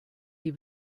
die